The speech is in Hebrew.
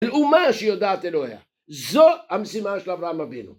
לאומה שיודעת אלוהיה, זו המשימה של אברהם רבינו.